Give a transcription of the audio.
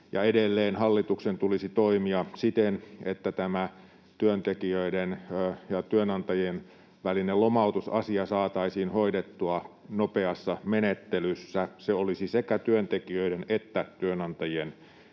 edelleen hallituksen tulisi toimia siten, että tämä työntekijöiden ja työnantajien välinen lomautusasia saataisiin hoidettua nopeassa menettelyssä. Se olisi sekä työntekijöiden että työnantajien